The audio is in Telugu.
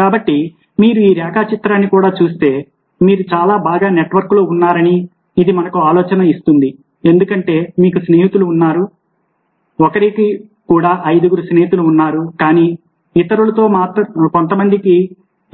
కాబట్టి మీరు ఈ రేఖాచిత్రాన్ని కూడా చూస్తే మీరు చాలా బాగా నెట్వర్క్లో ఉన్నారని ఇది మనకు ఒక ఆలోచనను ఇస్తుంది ఎందుకంటే మీకు స్నేహితులు ఉన్నారు ఒకరికి కూడా ఐదుగురు స్నేహితులు ఉన్నారు కానీ ఇతరులలో కొంతమందికి